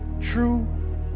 true